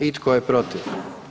I tko je protiv?